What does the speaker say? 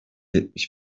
yetmiş